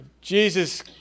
Jesus